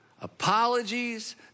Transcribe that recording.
Apologies